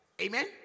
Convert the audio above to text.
Amen